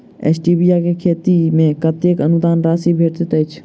Stevia केँ खेती मे कतेक अनुदान राशि भेटैत अछि?